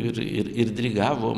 ir ir ir drigavom